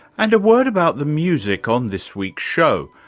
and a word about the music on this week's show,